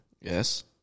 Yes